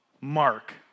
Mark